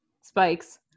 Spikes